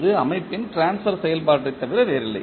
இது அமைப்பின் ட்ரான்ஸ்பர் செயல்பாட்டைத் தவிர வேறில்லை